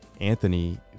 Anthony